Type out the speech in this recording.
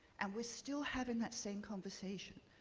and we're still having that same conversation.